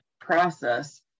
process